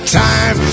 time